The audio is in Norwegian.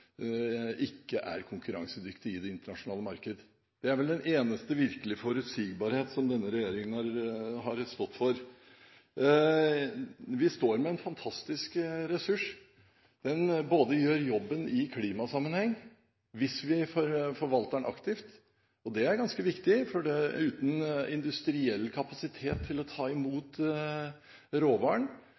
ikke er konkurransedyktig i det internasjonale markedet. Det er vel den eneste virkelige forutsigbarhet denne regjeringen har stått for. Vi står med en fantastisk ressurs. Den gjør jobben i klimasammenheng hvis vi forvalter den aktivt. Det er ganske viktig, for uten industriell kapasitet til å ta imot råvaren